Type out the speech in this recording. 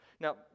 Now